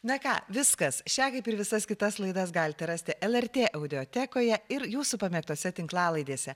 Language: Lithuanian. na ką viskas šią kaip ir visas kitas laidas galite rasti lrt audiotekoje ir jūsų pamėgtose tinklalaidėse